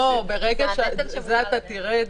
את זה אתה תראה.